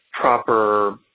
proper